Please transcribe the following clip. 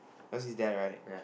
yours is that right